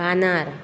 रानार